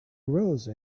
arose